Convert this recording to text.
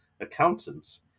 accountants